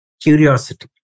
curiosity